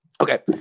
Okay